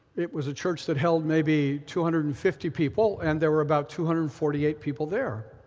it was a church that held maybe two hundred and fifty people and there were about two hundred and forty eight people there.